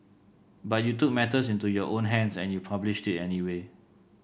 but you took matters into your own hands and you published it anyway